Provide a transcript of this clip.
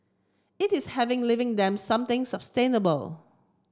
it is having leaving them something sustainable